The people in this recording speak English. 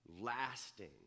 lasting